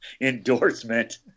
endorsement